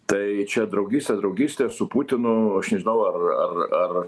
tai čia draugystės draugystės su putinu aš nežinau ar ar ar